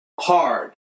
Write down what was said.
hard